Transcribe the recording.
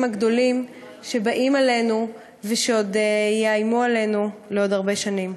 הגדולים שבאים אלינו שעוד יאיימו לעוד הרבה שנים.